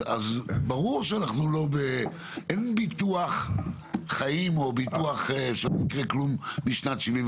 אז ברור שאין הבטחה שמשנת 75' לא יקרה כלום.